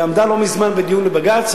והיא עמדה לא מזמן בדיון בבג"ץ,